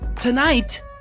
tonight